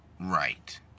right